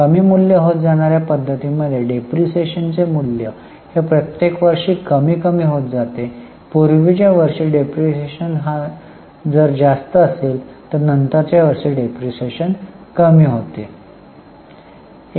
कमी मूल्य होत जाणाऱ्या पद्धतीमध्ये डिप्रीशीएशन चे मूल्य हे प्रत्येक वर्षी कमी कमी होत जाते पूर्वीच्या वर्षी डिप्रीशीएशन हा जर जास्त असेल तर नंतरच्या वर्षी डिप्रीशीएशन कमी होतो